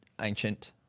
ancient